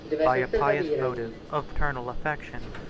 by a pious motive of fraternal affection,